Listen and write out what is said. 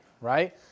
right